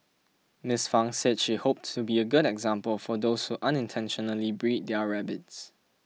Miss Fang said she hoped to be a good example for those who unintentionally breed their rabbits